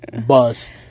bust